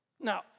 Now